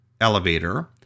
elevator